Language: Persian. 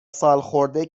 سالخورده